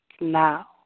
Now